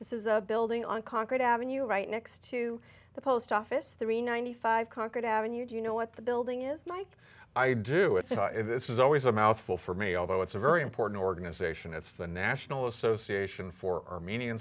this is a building on concrete avenue right next to the post office three hundred and ninety five concord avenue do you know what the building is like i do it's this is always a mouthful for me although it's a very important organization it's the national association for armenian